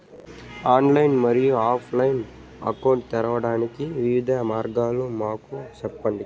Online మరియు offline account తెరవడానికి వివిధ మార్గాలు మాకు సెప్పండి?